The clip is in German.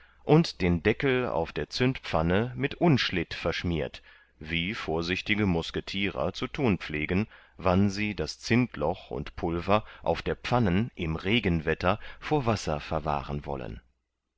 und den deckel auf der zündpfanne mit unschlitt verschmiert wie vorsichtige musketierer zu tun pflegen wann sie das zindloch und pulver auf der pfannen im regenwetter vor wasser verwahren wollen